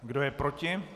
Kdo je proti?